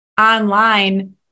online